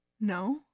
No